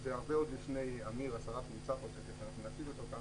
זה עוד הרבה לפני אמיר אסרף, שנמצא פה.